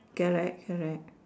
correct correct